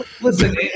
Listen